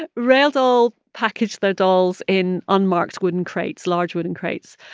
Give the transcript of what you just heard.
ah realdoll package their dolls in unmarked wooden crates, large wooden crates.